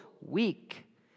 weak